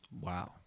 Wow